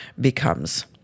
becomes